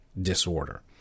disorder